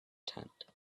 tent